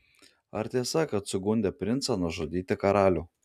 ar tiesa kad sugundė princą nužudyti karalių